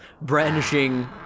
brandishing